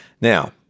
Now